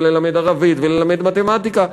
וללמד ערבית וללמד מתמטיקה,